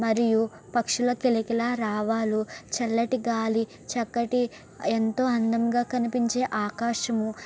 మరియు పక్షుల కిలకిలా రావాలు చల్లటి గాలి చక్కటి ఎంతో అందంగా కనిపించే ఆకాశము